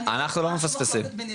אנחנו לא מפספסים.